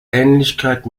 ähnlichkeit